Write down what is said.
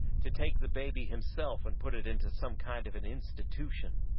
to take the baby himself and put it into some kind of an institution.